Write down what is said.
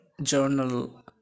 journal